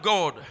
God